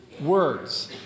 words